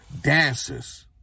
dancers